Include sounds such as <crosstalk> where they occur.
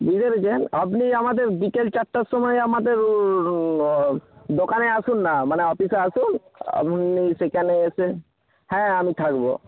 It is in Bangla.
বুঝতে পেরেছেন আপনি আমাদের বিকেল চারটের সময় আমাদের <unintelligible> দোকানে আসুন না মানে অফিসে আসুন আপনি সেখানে এসে হ্যাঁ আমি থাকব